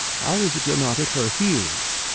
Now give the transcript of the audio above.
how is it you're not at her heels?